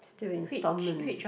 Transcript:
still instalment